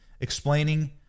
explaining